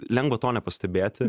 lengva to nepastebėti